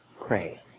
Pray